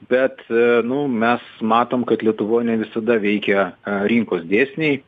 bet nu mes matom kad lietuvoj ne visada veikia rinkos dėsniai